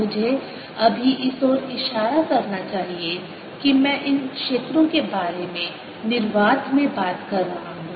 मुझे अभी इस ओर इशारा करना चाहिए कि मैं इन क्षेत्रों के बारे में निर्वात में बात कर रहा हूं